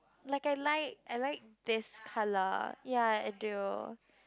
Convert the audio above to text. like I like I like this color ya I do